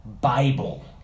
Bible